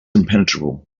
impenetrable